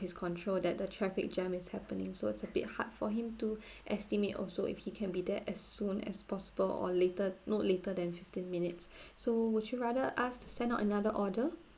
his control that the traffic jam is happening so it's a bit hard for him to estimate also if he can be there as soon as possible or later not later than fifteen minutes so would you rather us to send out another order